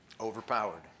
Overpowered